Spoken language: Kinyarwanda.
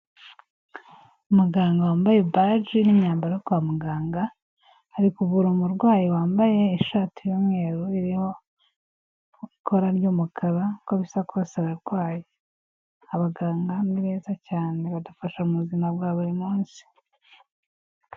Muganga wambaye baji n'imyambaro yo kwa muganga, ari kuvura umurwayi wambaye ishati y'umweru iriho ikora ry'umukara, uko bisa kose ararwaye. Abaganga ni beza cyane, badufasha mu buzima bwa buri munsi.